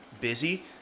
busy